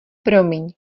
promiň